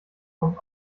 kommt